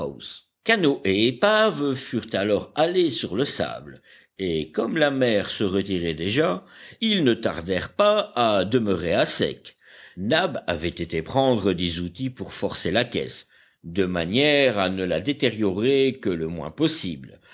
épave furent alors halés sur le sable et comme la mer se retirait déjà ils ne tardèrent pas à demeurer à sec nab avait été prendre des outils pour forcer la caisse de manière à ne la détériorer que le moins possible